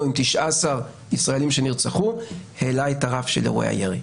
עם 19 ישראלים שנרצחו העלה את רף אירועי הירי.